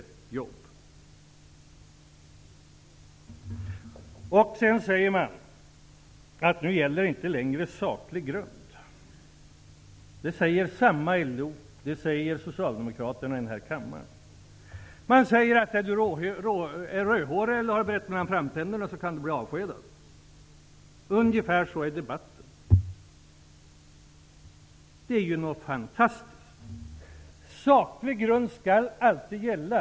Det sägs att ''saklig grund'' inte längre kommer att gälla. Det säger LO, och det säger Socialdemokraterna i denna kammare. Man säger: Är du rödhårig eller har brett mellan framtänderna kan du bli avskedad. Ungefär så går debatten. Det är ju fantastiskt. Saklig grund skall alltid gälla.